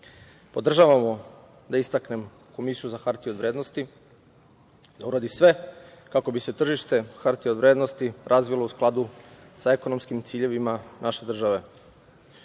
da istaknem, Komisiju za hartije od vrednosti da uradi sve kako bi se tržište hartija od vrednosti razvilo u skladu sa ekonomskim ciljevima naše države. Što